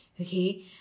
okay